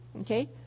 Okay